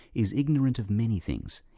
is ignorant of many things,